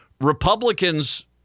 Republicans